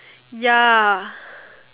ya